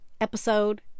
episode